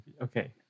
Okay